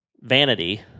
vanity